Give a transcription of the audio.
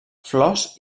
flors